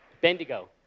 Bendigo